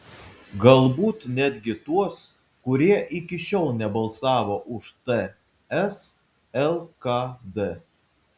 galbūt netgi tuos kurie iki šiol nebalsavo už ts lkd